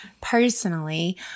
personally